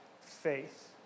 faith